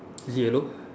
is it yellow